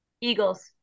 eagles